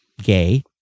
gay